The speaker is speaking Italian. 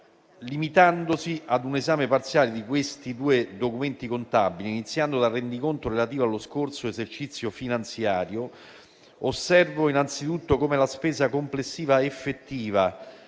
limitandosi ad un esame parziale di questi due documenti contabili. Iniziando dal rendiconto relativo allo scorso esercizio finanziario, osservo innanzitutto come la spesa complessiva effettiva,